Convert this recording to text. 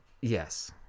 yes